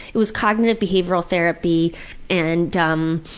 it was cognitive behavioral therapy and um.